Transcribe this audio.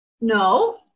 no